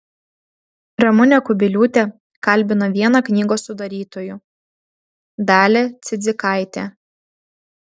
ramunė kubiliūtė kalbina vieną knygos sudarytojų dalią cidzikaitę